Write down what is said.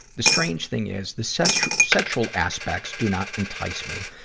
the strange thing is, the sexual sexual aspects do not entice me.